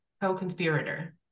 co-conspirator